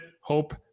Hope